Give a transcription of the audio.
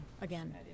again